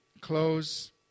close